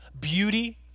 beauty